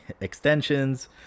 extensions